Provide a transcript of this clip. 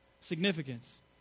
Significance